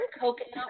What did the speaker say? coconut